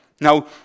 Now